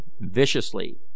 viciously